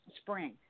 spring